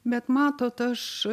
bet matot aš